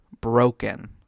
broken